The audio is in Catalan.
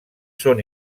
són